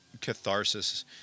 catharsis